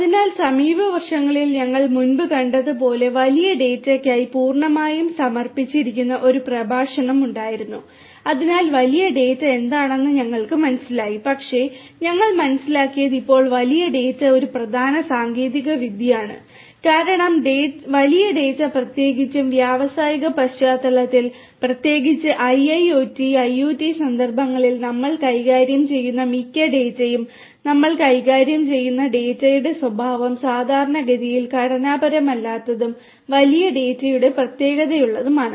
അതിനാൽ സമീപ വർഷങ്ങളിൽ ഞങ്ങൾ മുമ്പ് കണ്ടതുപോലെ വലിയ ഡാറ്റയ്ക്കായി പൂർണ്ണമായും സമർപ്പിച്ചിരിക്കുന്ന ഒരു പ്രഭാഷണം ഉണ്ടായിരുന്നു അതിനാൽ വലിയ ഡാറ്റ എന്താണെന്ന് ഞങ്ങൾക്ക് മനസ്സിലായി പക്ഷേ ഞങ്ങൾ മനസ്സിലാക്കിയത് ഇപ്പോൾ വലിയ ഡാറ്റ ഒരു പ്രധാന സാങ്കേതികവിദ്യയാണ് കാരണം വലിയ ഡാറ്റയാണ് പ്രത്യേകിച്ചും വ്യാവസായിക പശ്ചാത്തലത്തിൽ പ്രത്യേകിച്ച് IIoT IoT സന്ദർഭങ്ങളിൽ നമ്മൾ കൈകാര്യം ചെയ്യുന്ന മിക്ക ഡാറ്റയും നമ്മൾ കൈകാര്യം ചെയ്യുന്ന ഡാറ്റയുടെ സ്വഭാവം സാധാരണഗതിയിൽ ഘടനാപരമല്ലാത്തതും വലിയ ഡാറ്റയുടെ പ്രത്യേകതകളുള്ളതുമാണ്